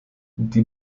die